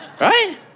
right